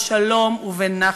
בשלום ובנחת.